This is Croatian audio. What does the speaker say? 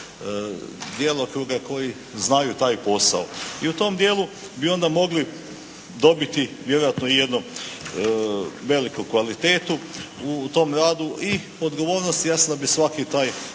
djelokruga koji znaju taj posao. I u tom dijelu bi onda mogli dobiti vjerojatno i jednu veliku kvalitetu u tom radu i odgovornost. Jasno da bi svaki taj